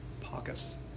pockets